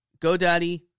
GoDaddy